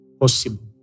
possible